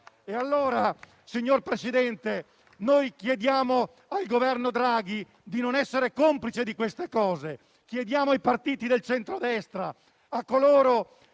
Allora, signor Presidente, chiediamo al Governo Draghi di non essere complice di queste cose; chiediamo ai partiti del centrodestra, a coloro